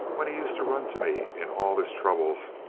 when he used to run to me in all his troubles,